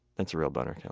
that's a real bummer.